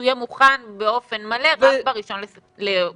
שיהיה מוכן באופן מלא רק ב-1 לנובמבר.